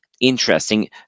interesting